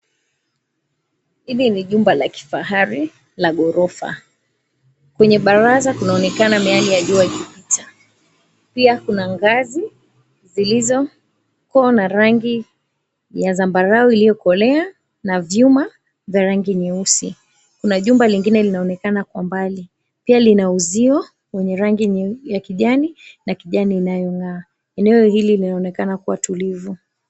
Hili ni jumba la kifahari la ghorofa. Kwenye baraza kunaonekana miani ya jua ikipita, pia kuna ngazi zilizoko na rangi ya zambarau iliyokolea na vyuma vya rangi nyeusi. Kuna jumba jingine linaonekana kwa mbali pia lina uzio ya kijani na kijani inayong'aa. Eneo hili linaonekana kuwa tulivu.